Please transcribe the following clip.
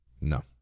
No